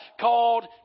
called